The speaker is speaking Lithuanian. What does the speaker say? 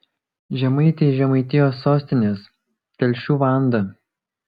žemaitė iš žemaitijos sostinės telšių vanda